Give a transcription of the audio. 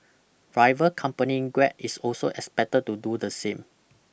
rival company grab is also expected to do the same